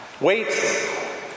Wait